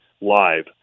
live